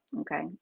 okay